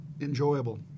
enjoyable